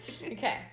Okay